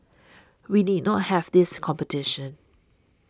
we need not have this competition